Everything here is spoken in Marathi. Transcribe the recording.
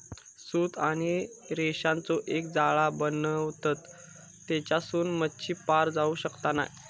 सूत आणि रेशांचो एक जाळा बनवतत तेच्यासून मच्छी पार जाऊ शकना नाय